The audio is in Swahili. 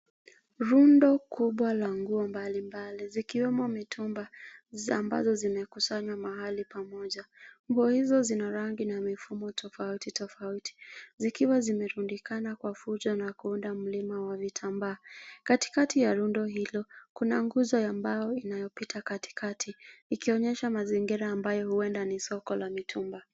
Rundo kubwa la nguo mbalimbali zikiwemo mitumba ambazo zimekusanywa mahali pamoja. Nguo hizo zina rangi na mifumo tofauti tofauti zikiwa zimerundikana kwa fujo na kuunda mlima wa vitambaa. Katikati ya rundo hilo kuna nguzo ya mbao inayopita katikati ikionyesha mazingira ambayo huenda ni soko la mitumba.